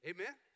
Amen